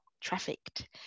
trafficked